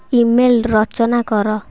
email ରଚନା କର